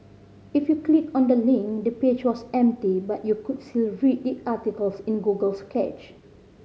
if you clicked on the link the page was empty but you could still read the article in Google's cache